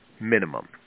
minimum